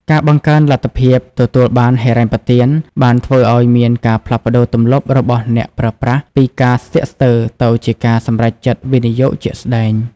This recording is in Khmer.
ការបង្កើនលទ្ធភាពទទួលបានហិរញ្ញប្បទាន បានធ្វើឱ្យមានការផ្លាស់ប្ដូរទម្លាប់របស់អ្នកប្រើប្រាស់ពីការស្ទាក់ស្ទើរទៅជាការសម្រេចចិត្តវិនិយោគជាក់ស្ដែង។